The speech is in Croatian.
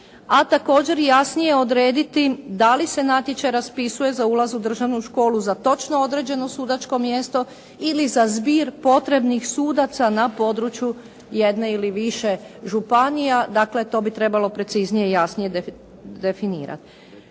a također jasnije odrediti da li se natječaj raspisuje za ulaz u državnu školu za točno određeno sudačko mjesto ili za zbir potrebnih sudaca na području jedne ili više županija. Dakle, to bi trebalo preciznije i jasnije definirati.